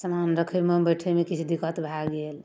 समान रखैमे बैठैमे किछु दिक्कत भऽ गेल